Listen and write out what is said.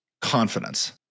confidence